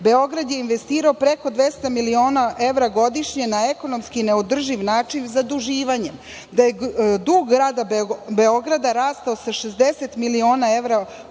Beograd je investirao preko 200 miliona evra godišnje na ekonomski neodrživ način zaduživanjem, da je dug grada Beograda rastao sa 60 miliona evra u